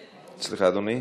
סליחה, אדוני?